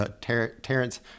Terrence